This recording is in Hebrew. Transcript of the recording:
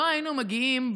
לא היינו מגיעים,